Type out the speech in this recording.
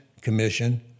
commission